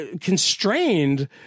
constrained